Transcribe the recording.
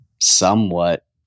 somewhat